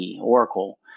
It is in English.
Oracle